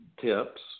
tips